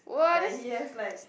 like he has like